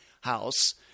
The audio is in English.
house